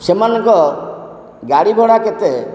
ସେମାନଙ୍କ ଗାଡ଼ିଭଡ଼ା କେତେ